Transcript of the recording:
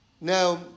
Now